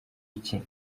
iki